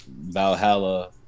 Valhalla